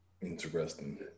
Interesting